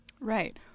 Right